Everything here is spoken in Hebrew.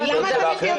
תודה.